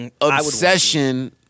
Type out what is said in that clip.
obsession